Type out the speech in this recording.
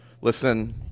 listen